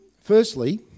Firstly